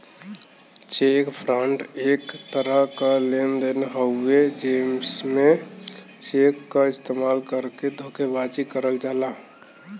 check fraud एक तरह क लेन देन हउवे जेमे चेक क इस्तेमाल करके धोखेबाजी करल जाला